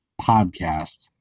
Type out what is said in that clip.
podcast